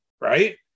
right